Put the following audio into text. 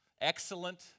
excellent